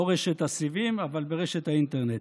לא רשת הסיבים אבל רשת האינטרנט: